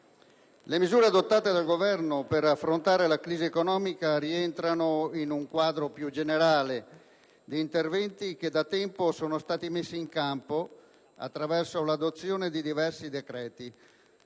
Le misure adottate dal Governo per affrontare la crisi economica rientrano in un quadro più generale di interventi che da tempo sono stati messi in campo attraverso l'adozione di diversi decreti